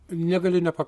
negaliu nepa